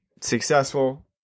successful